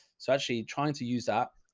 so actually trying to use that.